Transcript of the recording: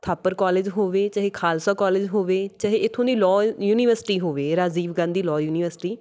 Thapar college ਹੋਵੇ ਚਾਹੇ Khalsa college ਹੋਵੇ ਚਾਹੇ ਇੱਥੋਂ ਦੀ ਲੋਅ ਯੂਨੀਵਰਸਿਟੀ ਹੋਵੇ ਰਾਜੀਵ ਗਾਂਧੀ ਲੋਅ ਯੂਨੀਵਰਸਿਟੀ